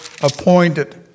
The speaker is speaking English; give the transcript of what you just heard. appointed